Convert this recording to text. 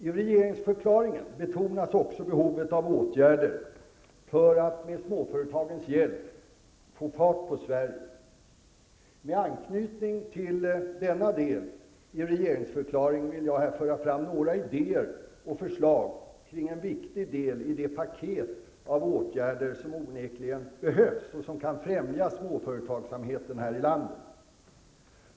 I regeringsförklaringen betonas också behovet av åtgärder för att med småföretagens hjälp få fart på Sverige. Med anknytning till denna del i regeringsförklaringen vill jag här föra fram några idéer och förslag kring en viktig del i det paket av åtgärder som onekligen behövs och som kan främja småföretagsamheten här i landet.